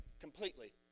completely